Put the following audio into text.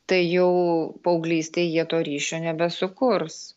tai jau paauglystėj jie to ryšio nebesukurs